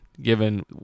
given